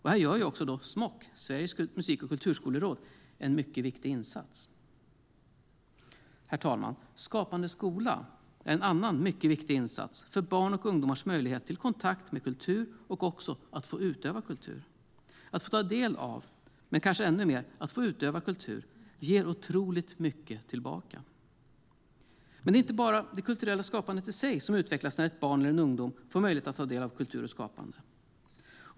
Här gör också Smok, Sveriges musik och kulturskoleråd, en mycket viktig insats. Men det är inte bara det kulturella skapandet i sig som utvecklas när ett barn eller en ungdom får möjlighet att ta del av kultur och skapande.